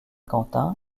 quentin